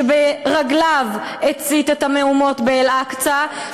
שברגליו הצית את המהומות באל-אקצא,